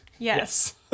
Yes